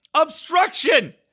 Obstruction